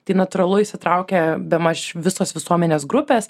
tai natūralu įsitraukė bemaž visos visuomenės grupės